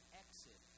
exit